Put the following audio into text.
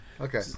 Okay